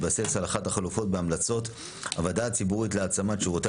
מתבסס על אחת החלופות בהמלצות הוועדה הציבורית להעצמת שירותי